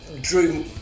Drew